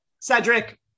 Cedric